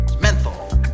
Menthol